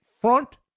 front